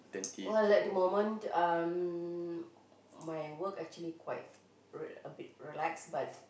well at the moment um my work actually quite re~ a bit relax but